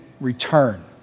return